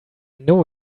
know